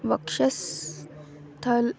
वक्षस्थलं